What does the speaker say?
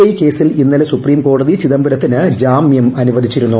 I കേസിൽ ഇന്നലെ supreme കോടതി ചിദംബരത്തിന് ജാമൃം അനുവദിച്ചിരുന്നു